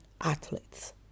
athletes